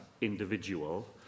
individual